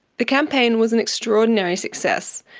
the campaign was an extraordinary success.